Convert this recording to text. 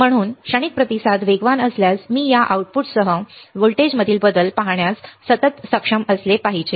म्हणून क्षणिक प्रतिसाद वेगवान असल्यास मी यासह आउटपुट व्होल्टेजमधील बदल पाहण्यास सतत सक्षम असले पाहिजे